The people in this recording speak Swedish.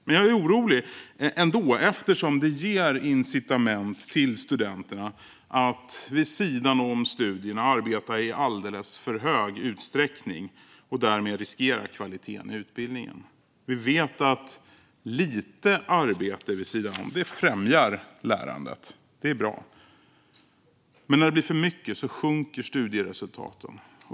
Men jag är ändå orolig, eftersom det ger incitament till studenterna att de vid sidan om studierna ska arbeta i alldeles för hög utsträckning och därmed riskera kvaliteten i utbildningen. Vi vet att lite arbete vid sidan om främjar lärandet; det är bra. Men när det blir för mycket sjunker studieresultaten.